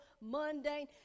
mundane